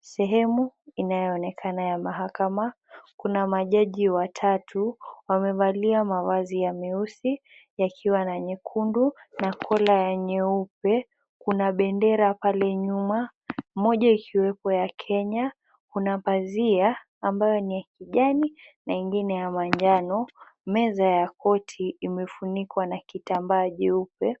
Sehemu inayoonekana ya mahakama, kuna majaji watatu wamevalia mavazi ya meusi yakiwa nyekundu na kola nyeupe kuna bendera pale nyuma moja ikiwepo ya Kenya. Kuna pazia ambayo ya kijani na ingine ya manjano. Meza ya korti imefunikwa na kitamba jeupe,